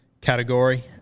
category